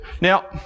Now